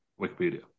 Wikipedia